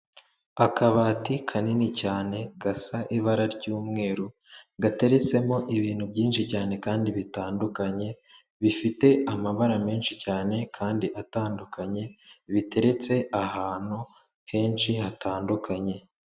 Akabati kanini cyane gasa ibara ry'umweru, gatereretsemo ibintu byinshi cyane kandi bitandukanye bifite amabara menshi cyane kandi atandukanye, biteretse ahantu henshi hatandukanye.